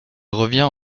revient